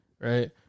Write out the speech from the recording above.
Right